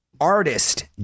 artist